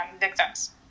victims